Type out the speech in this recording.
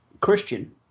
Christian